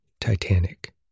Titanic